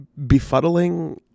befuddling